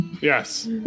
Yes